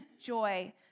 joy